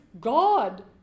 God